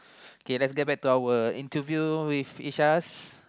okay let's get back to our work interview with each us